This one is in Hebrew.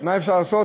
מה אפשר לעשות,